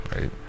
right